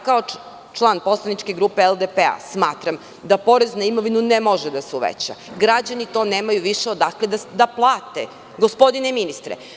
Kao član poslaničke grupe LDP smatram da porez na imovinu ne može da se uveća, građani to nemaju više odakle da plate, gospodine ministre.